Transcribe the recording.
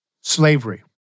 slavery